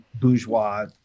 bourgeois